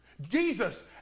Jesus